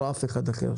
לא אף אחד אחר,